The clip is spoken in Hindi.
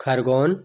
खरगोन